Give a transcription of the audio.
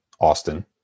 Austin